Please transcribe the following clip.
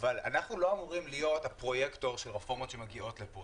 אנחנו לא אמורים להיות הפרויקטור של רפורמות שמגיעות לכאן,